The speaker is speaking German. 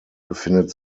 befindet